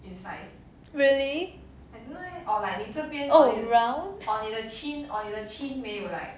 really oh round